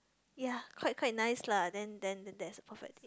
ya quite quite nice lah then then then that's the perfect date